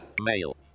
male